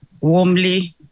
warmly